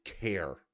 care